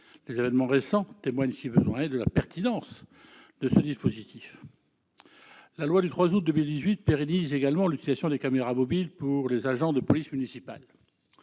Les événements récents témoignent, si besoin en est, de la pertinence de ce dispositif. La loi du 3 août 2018 pérennise également l'utilisation des caméras mobiles par les agents des polices municipales.